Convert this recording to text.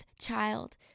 child